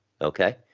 Okay